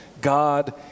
God